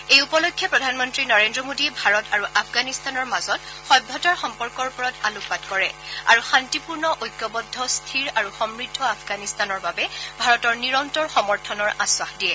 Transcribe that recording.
এই উপলক্ষে প্ৰধানমন্ত্ৰী নৰেন্দ্ৰ মোদীয়ে ভাৰত আৰু আফগানিস্তানৰ মাজত সভ্যতাৰ সম্পৰ্কৰ ওপৰত আলোকপাত কৰে আৰু শান্তিপূৰ্ণ ঐক্যবদ্ধ স্থিৰ আৰু সমৃদ্ধ আফগানিস্তানৰ বাবে ভাৰতৰ নিৰন্তৰ সমৰ্থনৰ আশ্বাস দিয়ে